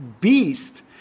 beast